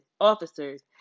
officers